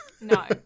No